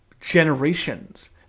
generations